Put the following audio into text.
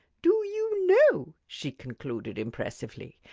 do you know, she concluded impressively,